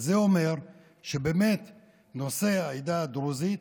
זה אומר שבאמת נושא העדה הדרוזית,